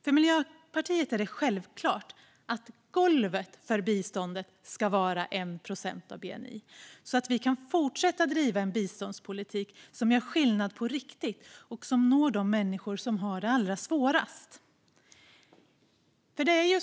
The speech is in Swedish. För Miljöpartiet är det självklart att golvet för biståndet ska vara 1 procent av bni så att vi kan fortsätta att driva en biståndspolitik som gör skillnad på riktigt och som når de människor som har det allra svårast.